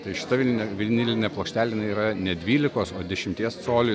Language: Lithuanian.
tai šita vinilinia vilnilinė plokštelė yra ne dvylikos o dešimties colių